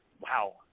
wow